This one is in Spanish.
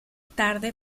tarde